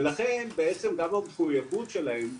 ולכן בעצם המחוייבות שלהם,